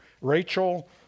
Rachel